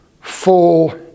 full